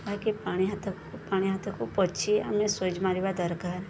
ଯାହାକି ପାଣି ହାତକୁ ପାଣି ହାତକୁ ପୋଛି ଆମେ ସୁଇଚ୍ ମାରିବା ଦରକାର